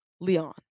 leon